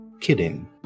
Kidding